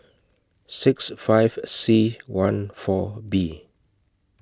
six five C one four B